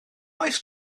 oes